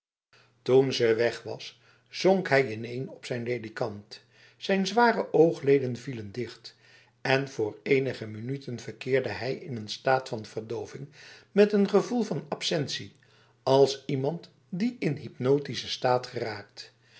toen ze weg was zonk hij ineen op zijn ledikant zijn zware oogleden vielen dicht en voor enige minuten verkeerde hij in een staat van verdoving met een gevoel van absentie als iemand die in hypnotische staat geraakt